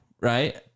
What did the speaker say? right